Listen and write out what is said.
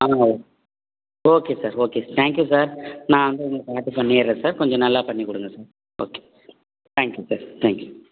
ah okay okay sir okay sir thank you sir நான் வந்து உங்களுக்கு இப்போ பண்ணிடுறேன் சார் கொஞ்சம் நல்லா பண்ணிக்கொடுங்க sir okay thank you sir thank you